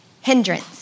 hindrance